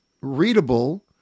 readable